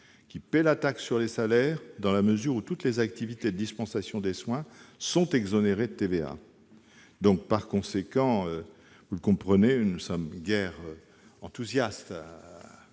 qui paient la taxe sur les salaires, dans la mesure où toutes les activités de dispensation des soins sont exonérées de TVA. Par conséquent, comprenez que nous ne soyons guère enthousiastes